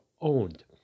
owned